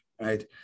Right